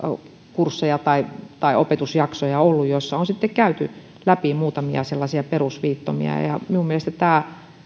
kursseja tai tai opetusjaksoja ollut joissa on sitten käyty läpi muutamia sellaisia perusviittomia minun mielestäni tämä